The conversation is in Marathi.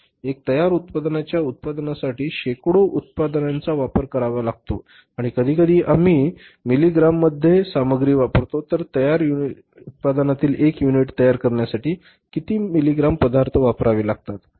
एका तयार उत्पादनाच्या उत्पादनासाठी शेकडो उप उत्पादनांचा वापर करावा लागतो आणि कधीकधी आम्ही मिलीग्राममध्ये सामग्री वापरतो तर तयार उत्पादनातील एक युनिट तयार करण्यासाठी किती मिलिग्राम पदार्थ वापरावे लागतात